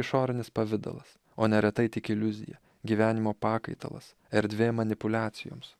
išorinis pavidalas o neretai tik iliuzija gyvenimo pakaitalas erdvė manipuliacijoms